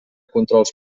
controls